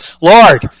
Lord